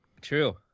True